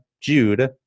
Jude